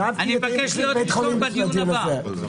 אני מבקש להיות ראשון בדיון הבא.